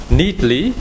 neatly